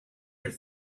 your